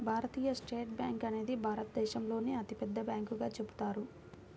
భారతీయ state bank అనేది భారతదేశంలోనే అతిపెద్ద బ్యాంకుగా చెబుతారు